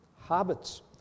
Habits